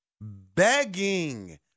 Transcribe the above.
Begging